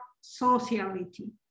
sociality